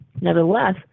Nevertheless